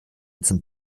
zum